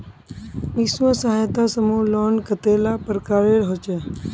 स्वयं सहायता समूह लोन कतेला प्रकारेर होचे?